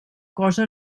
cosa